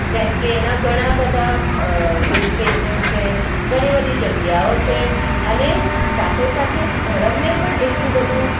જેમ કે એના ઘણા બધા હિલ સ્ટેશન્સ છે ઘણી બધી જગ્યાઓ છે અને સાથે સાથે ધરમને પણ એટલું બધું